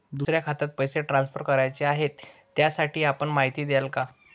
दुसऱ्या खात्यात पैसे ट्रान्सफर करायचे आहेत, त्यासाठी आपण माहिती द्याल का?